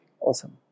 Awesome